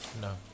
No